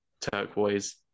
turquoise